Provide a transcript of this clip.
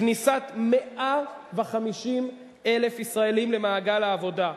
כניסת 150,000 ישראלים למעגל העבודה,